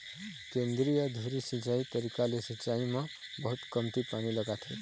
केंद्रीय धुरी सिंचई तरीका ले सिंचाई म बहुत कमती पानी लागथे